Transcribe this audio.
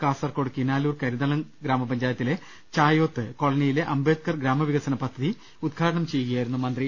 കാസർക്കോട് കിനാലൂർ കരിന്തളം ഗ്രാമപഞ്ചായത്തിലെ ചായോത്ത് കോളനിയിലെ അംബേദ്കർ ഗ്രാമവികസന പദ്ധതി പ്രവൃത്തി ഉദ്ഘാ ടനം ചെയ്യുകയായിരുന്നു മന്ത്രി